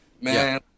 Man